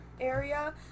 area